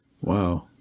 Wow